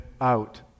out